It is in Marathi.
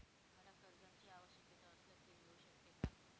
मला कर्जांची आवश्यकता असल्यास ते मिळू शकते का?